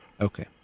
Okay